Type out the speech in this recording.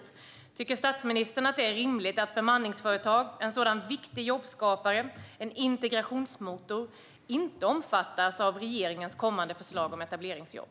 Tycker statsministern att det är rimligt att bemanningsföretag, en sådan viktig jobbskapare och en integrationsmotor, inte omfattas av regeringens kommande förslag om etableringsjobb?